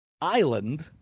Island